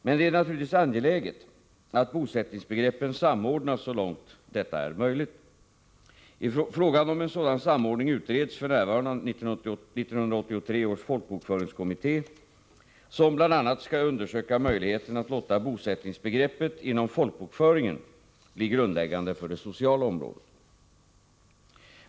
Men det är naturligtvis angeläget att bosättningsbegreppen samordnas så långt detta är möjligt. Frågan om en sådan samordning utreds f. n. av 1983 års folkbokföringskommitté, som bl.a. skall undersöka möjligheten att låta bosättningsbegreppet inom folkbokföringen bli grundläggande för det sociala området.